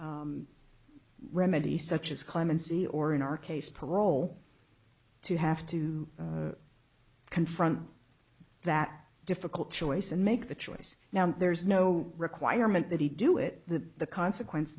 remedy such as clemency or in our case parole to have to confront that difficult choice and make the choice now there's no requirement that he do it that the consequence